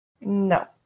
No